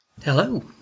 Hello